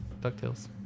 Ducktails